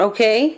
Okay